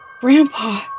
Grandpa